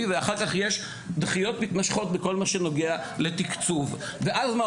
ועובדים יחד כדי לקדם אותו; שביעות